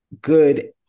good